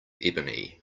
ebony